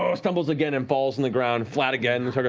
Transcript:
ah stumbles again and falls on the ground, flat again. and sort of